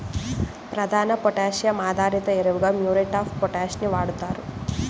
ప్రధాన పొటాషియం ఆధారిత ఎరువుగా మ్యూరేట్ ఆఫ్ పొటాష్ ని వాడుతారు